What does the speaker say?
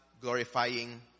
glorifying